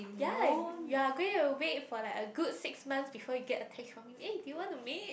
ya you are going to wait for like a good six months before you get a text from me eh do you want to meet